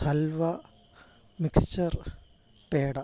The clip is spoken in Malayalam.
ഹൽവ മിക്സ്ചർ പേട